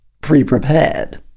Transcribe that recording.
pre-prepared